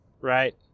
right